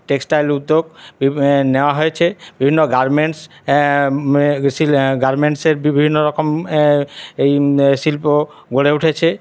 textile উদ্যোগ নেওয়া হয়েছে বিভিন্ন গার্মেন্টস গার্মেন্টসের বিভিন্ন রকম এই শিল্প গড়ে উঠেছে